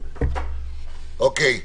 תודה.